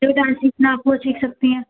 जो डांस सीखना है आप वह सीख सकती हैं